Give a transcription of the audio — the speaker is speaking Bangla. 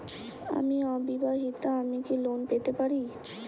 আমি অবিবাহিতা আমি কি লোন পেতে পারি?